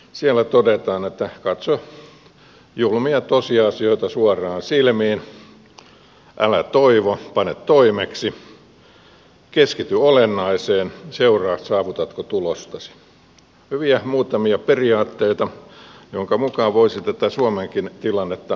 siellä todetaan että katso julmia tosiasioita suoraan silmiin älä toivo pane toimeksi keskity olennaiseen seuraa saavutatko tulostasi muutamia hyviä periaatteita joiden mukaan voisi tätä suomenkin tilannetta arvioida